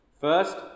First